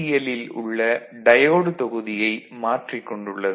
L லில் உள்ள diode தொகுதியை மாற்றிக் கொண்டுள்ளது